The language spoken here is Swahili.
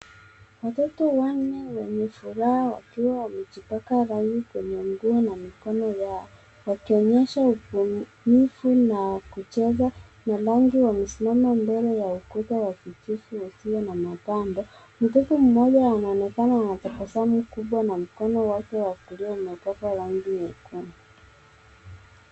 Watoto wanne wenye furaha wakiwa wamejipaka rangi kwenye miguu na mikono yao, wakionyesha ubunifu na kucheza na rangi. Wamesimama mbele ya ukuta wa kijivu yasiyo na matando. Mtoto mmoja anaonekana anatabasamu kubwa na mkono wake wakulia umepakwa rangi nyekundu.